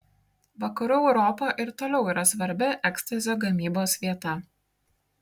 vakarų europa ir toliau yra svarbi ekstazio gamybos vieta